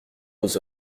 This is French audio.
aux